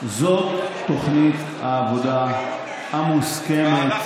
זאת תוכנית העבודה המוסכמת,